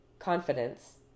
confidence